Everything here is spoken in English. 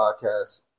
podcast